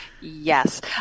Yes